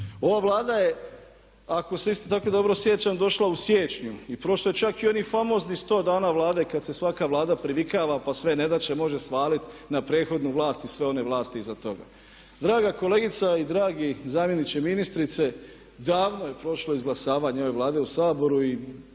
Ova Vlada je ako se isto tako dobro sjećam došla u siječnju. I prošlo je čak i onih famoznih 100 dana Vlade kada se svaka Vlada privikava pa sve nedaće može svaliti na prethodnu vlast i sve one vlasti iza toga. Draga kolegica i dragi zamjeniče ministrice, davno je prošlo izglasavanje ove Vlade u Saboru